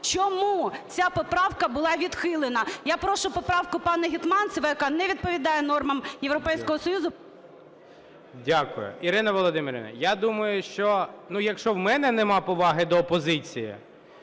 чому ця поправка була відхилена. Я прошу поправку пана Гетманцева, яка не відповідає нормам Європейського Союзу… ГОЛОВУЮЧИЙ. Дякую. Ірино Володимирівно, я думаю, що, ну, якщо в мене нема поваги до опозиції,